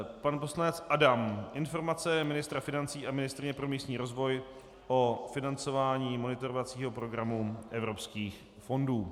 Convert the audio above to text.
Pan poslanec Adam Informace ministra financí a ministryně pro místní rozvoj o financování monitorovacího programu evropských fondů.